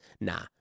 Nah